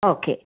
okay